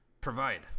provide